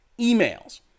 emails